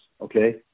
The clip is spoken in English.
okay